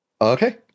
Okay